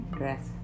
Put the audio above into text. dress